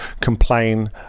complain